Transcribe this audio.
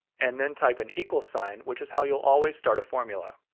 and then type an equal sign, which is how you'll always start a formula.